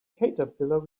caterpillar